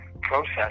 process